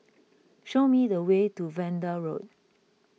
show me the way to Vanda Road